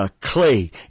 clay